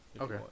Okay